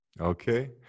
okay